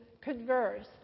converse